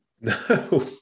No